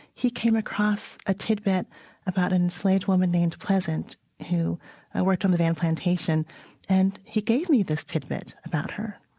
he came across a tidbit about an enslaved woman named pleasant who worked on the vann plantation and he gave me this tidbit about her.